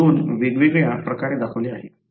तर हे दोन वेगवेगळ्या प्रकारे दाखवले आहे